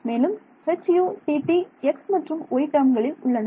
மேலும் H U T T x மற்றும் y டேர்ம்களில் உள்ளன